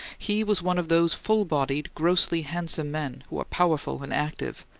he was one of those full-bodied, grossly handsome men who are powerful and active,